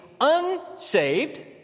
unsaved